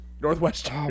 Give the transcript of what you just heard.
Northwest